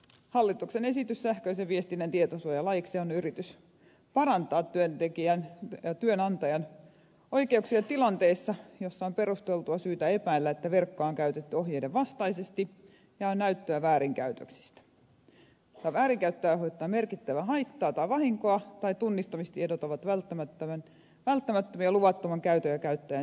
hallituksen esitys sähköisen viestinnän tietosuojalaiksi on yritys parantaa työnantajan oikeuksia tilanteessa jossa on perusteltua syytä epäillä että verkkoa on käytetty ohjeiden vastaisesti ja on näyttöä väärinkäytöksistä väärinkäyttö aiheuttaa merkittävää haittaa tai vahinkoa tai tunnistamistiedot ovat välttämättömiä luvattoman käytön ja käyttäjän selvittämiseksi